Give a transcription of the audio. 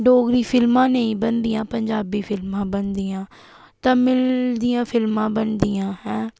डोगरी फिल्मां नेईं बनदियां पंज़ाबी फिल्मां बनदियां तमिल दियां फिल्मां बनदियां ऐं